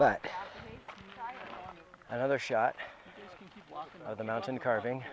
but another shot of the mountain carving